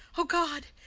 o god!